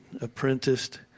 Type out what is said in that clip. apprenticed